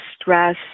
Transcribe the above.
stress